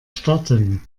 starten